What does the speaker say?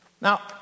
Now